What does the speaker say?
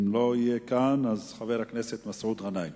אם הוא לא יהיה כאן, אז חבר הכנסת מסעוד גנאים.